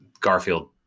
Garfield